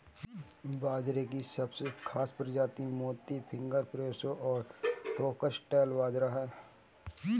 बाजरे की सबसे खास प्रजातियाँ मोती, फिंगर, प्रोसो और फोक्सटेल बाजरा है